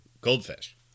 goldfish